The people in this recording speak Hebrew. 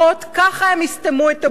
ככה הם יסתמו את הבור.